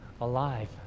alive